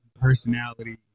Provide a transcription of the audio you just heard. personality